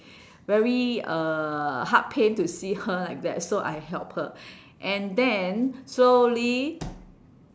very uh heart pain to see her like that so I help her and then slowly